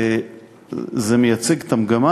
וזה מייצג את המגמה,